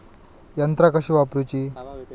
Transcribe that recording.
यंत्रा कशी वापरूची?